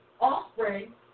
offspring